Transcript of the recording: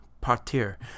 partir